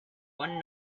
one